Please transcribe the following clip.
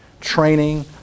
training